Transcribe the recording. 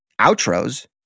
outros